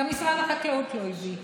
גם משרד החקלאות לא הביא.